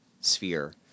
sphere